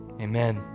amen